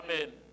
Amen